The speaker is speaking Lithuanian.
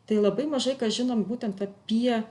tai labai mažai ką žinom būtent apie